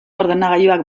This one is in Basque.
ordenagailuak